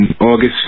August